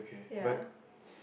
ya